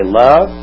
love